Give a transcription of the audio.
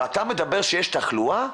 ואתה מדבר שיש תחלואה?